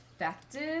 effective